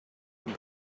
and